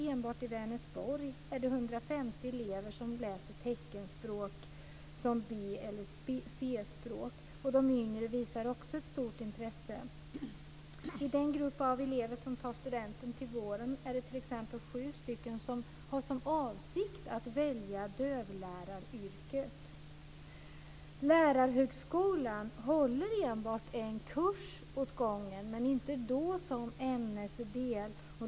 Enbart i Vänersborg är det 150 De yngre visar också ett stort intresse. I den grupp av elever som tar studenten till våren är det sju som har för avsikt att välja dövläraryrket. Lärarhögskolan håller enbart en kurs åt gången, men då inte som ämnesdel.